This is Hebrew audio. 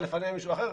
לפניה היה מישהו אחר.